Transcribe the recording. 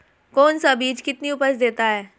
कौन सा बीज कितनी उपज देता है?